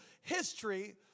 history